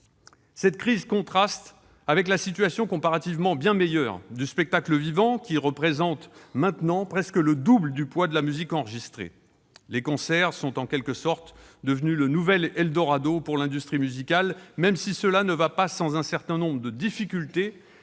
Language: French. Cette crise contraste avec la situation, comparativement bien meilleure, du spectacle vivant, qui représente maintenant presque le double du poids de la musique enregistrée. Les concerts sont en quelque sorte devenus un nouvel eldorado pour l'industrie musicale, même si cela ne va pas sans un certain nombre de difficultés,